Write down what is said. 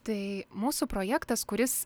tai mūsų projektas kuris